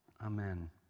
Amen